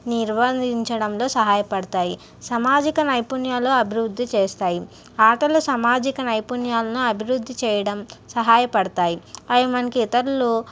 నిర్వర్తించడంలో సహాయపడతాయి సామాజిక నైపుణ్యాలను అభివృద్ధి చేస్తాయి ఆటలు సామాజిక నైపుణ్యాలను అభివృద్ధి చేయడం సహాయపడతాయి అవి మనకి ఇతరులు